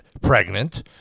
pregnant